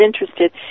interested